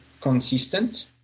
consistent